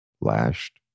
lashed